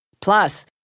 Plus